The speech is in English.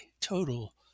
total